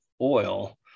oil